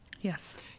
Yes